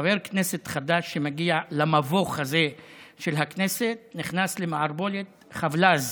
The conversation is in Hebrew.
חבר כנסת חדש שמגיע למבוך הזה של הכנסת נכנס למערבולת חבל"ז,